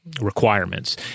requirements